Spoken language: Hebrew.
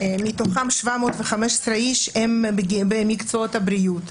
מתוכם 715 הם במקצועות הבריאות,